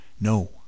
No